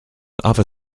other